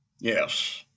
Yes